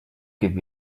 give